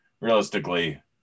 realistically